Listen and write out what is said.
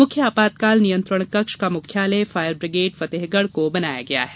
मुख्य आपातकाल नियंत्रण कक्ष का मुख्यालय फायरबिग्रेड फतेहगढ़ को बनाया गया है